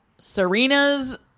Serena's